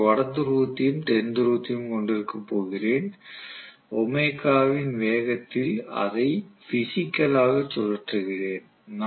நான் ஒரு வட துருவத்தையும் தென் துருவத்தையும் கொண்டிருக்கப் போகிறேன் ஒமேகாவின் வேகத்தில் அதை பிஸிக்கலாக சுழற்றுகிறேன்